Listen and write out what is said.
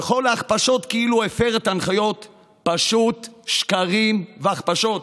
וכל ההכפשות כאילו הוא הפר את ההנחיות הן פשוט שקרים והכפשות.